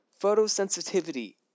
photosensitivity